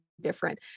different